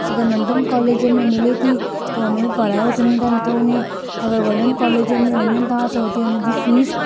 अगरि नंढनि कॉलेजनि में मिले थी त उन में पढ़ायो चङी तरह नथो वञे अगरि वॾनि कॉलेजनि में वञनि था त हुते उन्हनि जी फीस